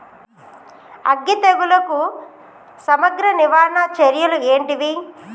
అగ్గి తెగులుకు సమగ్ర నివారణ చర్యలు ఏంటివి?